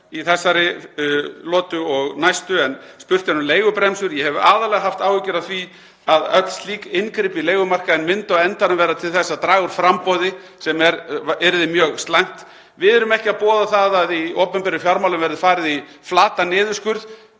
í þessari lotu og næstu. Spurt er um leigubremsur. Ég hef aðallega haft áhyggjur af því að öll slík inngrip í leigumarkaðinn myndu á endanum verða til þess að draga úr framboði, sem yrði mjög slæmt. Við erum ekki að boða það að í opinberum fjármálum verði farið í flatan niðurskurð,